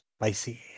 spicy